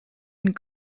and